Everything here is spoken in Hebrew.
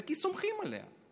כי סומכים עליה.